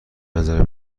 نظر